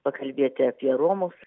pakalbėti apie romus